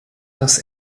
das